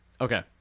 Okay